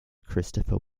christopher